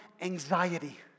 anxiety